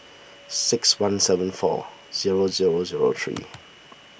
six one seven four zero zero zero three